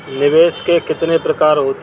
निवेश के कितने प्रकार होते हैं?